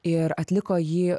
ir atliko jį